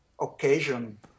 occasion